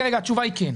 התשובה היא כן.